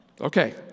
Okay